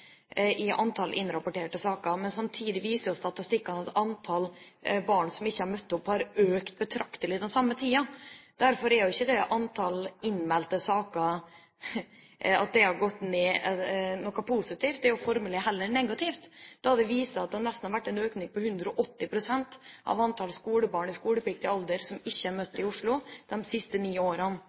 Men samtidig viser jo statistikken at antallet barn som ikke har møtt opp, har økt betraktelig den samme tiden. Derfor er jo ikke det at antallet innmeldte saker har gått ned, noe positivt, det er jo heller negativt, da det viser at det har vært en økning på nesten 180 pst. i antall skolebarn i skolepliktig alder som ikke har møtt opp i Oslo de siste ni årene.